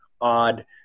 odd